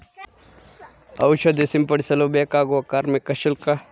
ಔಷಧಿ ಸಿಂಪಡಿಸಲು ಬೇಕಾಗುವ ಕಾರ್ಮಿಕ ಶುಲ್ಕ?